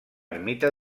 ermita